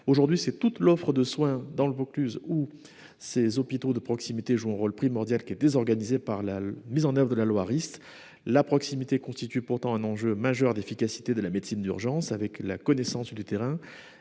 Aujourd'hui c'est toute l'offre de soins dans le Vaucluse où ces hôpitaux de proximité joue un rôle primordial qui est désorganisé par la mise en oeuvre de la loi Rist la proximité constitue pourtant un enjeu majeur d'efficacité de la médecine d'urgence avec la connaissance du terrain